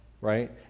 Right